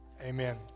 Amen